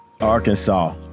Arkansas